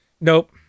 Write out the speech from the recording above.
nope